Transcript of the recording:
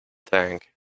tank